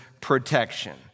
protection